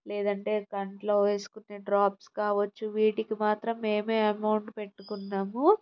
లేదంటే కంట్లో వేసుకునే డ్రాప్స్ కావచ్చు వీటికి మాత్రం మేమే అమౌంట్ పెట్టుకున్నాము